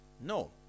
No